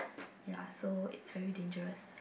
ya so it's very dangerous